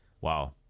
Wow